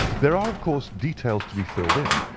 there are, of course, details to be filled in,